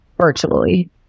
virtually